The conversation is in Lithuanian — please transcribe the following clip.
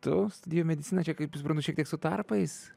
tu studijuoji mediciną čia kaip suprantu šiek tiek su tarpais